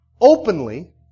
openly